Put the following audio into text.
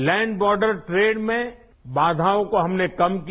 land border trade में बाधाओं को हमने कम किया